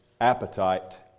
appetite